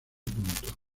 punto